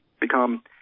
become